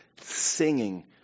singing